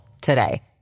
today